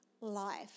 life